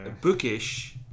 bookish